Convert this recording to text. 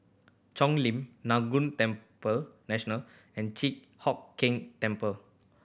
Cheng Lim Laguna temple National and Chi Hock Keng Temple